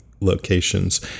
locations